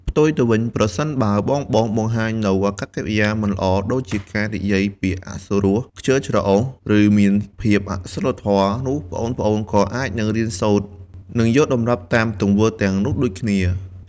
ផ្ទុយទៅវិញ ប្រសិនបើបងៗបង្ហាញនូវអាកប្បកិរិយាមិនល្អ ដូចជាការនិយាយពាក្យអសុរោះ ខ្ជិលច្រអូស ឬមានភាពអសីលធម៌ នោះប្អូនៗក៏អាចនឹងរៀនសូត្រ និងយកតម្រាប់តាមទង្វើទាំងនោះដូចគ្នា ។